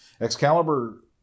Excalibur